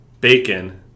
bacon